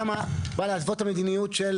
הערות לנוסח והערה כללית אחת שאמרת.